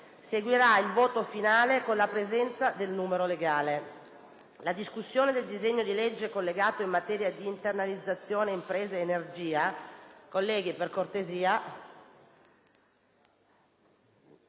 Seguirà il voto finale con la presenza del numero legale. La discussione del disegno di legge collegato in materia di internazionalizzazione imprese ed energia, già prevista